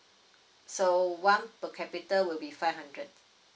so one per capita will be five hundred